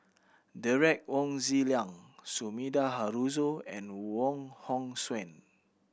Derek Wong Zi Liang Sumida Haruzo and Wong Hong Suen